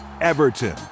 everton